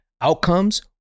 outcomes